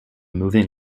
moving